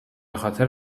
خاطر